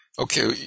Okay